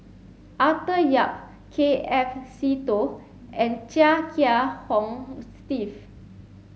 Arthur Yap K F Seetoh and Chia Kiah Hong Steve